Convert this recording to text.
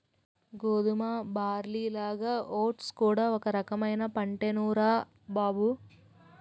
గోధుమ, బార్లీలాగా ఓట్స్ కూడా ఒక రకమైన పంటేనురా బాబూ